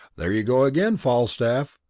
there you go again, falstaff!